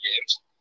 games